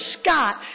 Scott